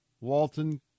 Walton